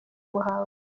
muhango